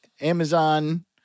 Amazon